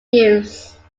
use